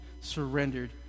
surrendered